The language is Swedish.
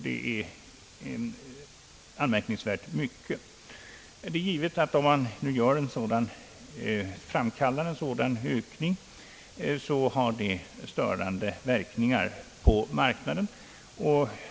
Det är anmärkningsvärt mycket. Det är givet att om man framkallar en sådan ökning så får det störande verkningar på marknaden.